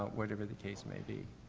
ah whatever the case may be.